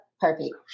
Perfect